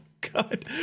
God